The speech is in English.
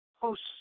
host